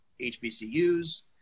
HBCUs